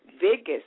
biggest